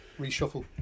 Reshuffle